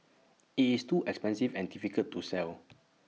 IT is too expensive and difficult to sell